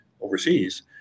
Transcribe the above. overseas